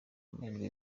amahirwe